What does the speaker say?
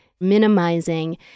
minimizing